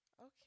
okay